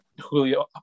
Julio